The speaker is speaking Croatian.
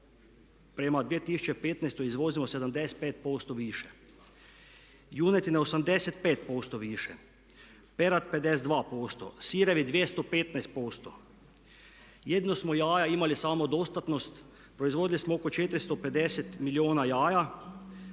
prema 2015. izvozimo 75% više, junetine 85% više, perad 52%, sirevi 215%. Jedino smo jaja imali samodostatnost, proizvodili smo oko 450 milijuna jaja.